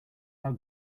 how